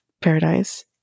Paradise